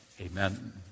amen